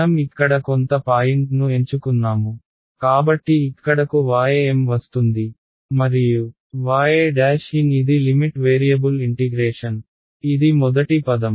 మనం ఇక్కడ కొంత పాయింట్ను ఎంచుకున్నాము కాబట్టి ఇక్కడకు ym వస్తుంది మరియు yn ఇది లిమిట్ వేరియబుల్ ఇంటిగ్రేషన్ ఇది మొదటి పదం